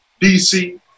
DC